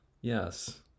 Yes